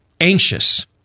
anxious